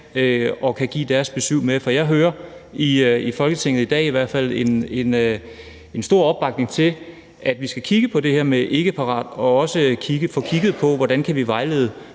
til at give deres besyv med. Jeg hører i hvert fald i Folketinget i dag en stor opbakning til, at vi skal kigge på det her med ikkeparathed og også få kigget på, hvordan vi kan vejlede